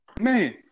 man